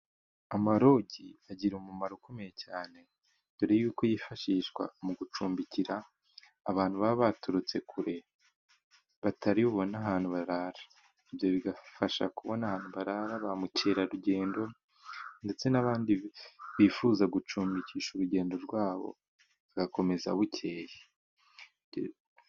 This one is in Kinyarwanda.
Amarojyi agira umumaro ukomeye cyane dore y'uko yifashishwa mu gucumbikira abantu baba baturutse kure, batari bubone ahantu barara ibyo bigafasha kubona aharara ba mukerarugendo, ndetse n'abandi bifuza gucumbikisha urugendo rwabo bagakomeza bukeye.